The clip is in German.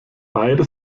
beide